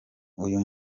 uyu